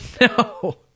No